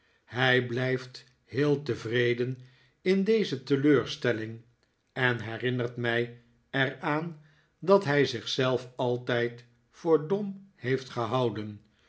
hij blijft heel tevreden in deze teleurstelling en herinnert mij er aan dat hij zich zelf altijd voor dom heeft gehouden